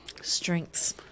Strengths